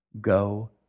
Go